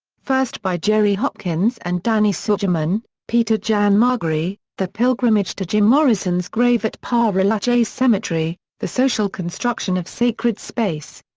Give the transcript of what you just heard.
first by jerry hopkins and danny sugerman peter jan margry, the pilgrimage to jim morrison's grave at pere lachaise cemetery the social construction of sacred space.